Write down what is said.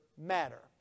matter